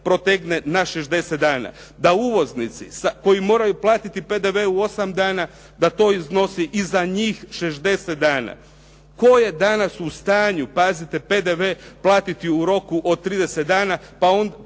protegne na 60 dana, da uvoznici koji moraju platiti PDV u osam dana da to iznosi i za njih 60 dana. Tko je danas u stanju pazite PDV platiti u roku od 30 dana, pa